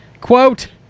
Quote